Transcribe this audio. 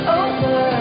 over